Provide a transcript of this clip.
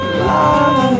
love